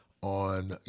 On